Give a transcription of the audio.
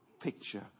picture